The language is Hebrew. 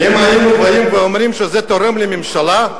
"אם היינו באים ואומרים שזה תורם לממשלה,